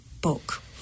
book